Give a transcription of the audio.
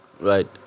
right